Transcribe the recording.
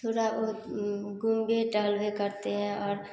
थोड़ा वो घुमबे टहलबे करते हैं और